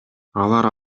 алар